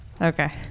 okay